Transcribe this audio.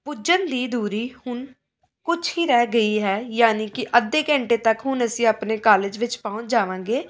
ਪੁੱਜਣ ਦੀ ਦੂਰੀ ਹੁਣ ਕੁਛ ਹੀ ਰਹਿ ਗਈ ਹੈ ਯਾਨੀ ਕਿ ਅੱਧੇ ਘੰਟੇ ਤੱਕ ਹੁਣ ਅਸੀਂ ਆਪਣੇ ਕਾਲਜ ਵਿੱਚ ਪਹੁੰਚ ਜਾਵਾਂਗੇ